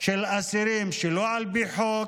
של אסירים שלא על פי חוק,